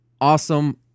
awesome